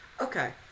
Okay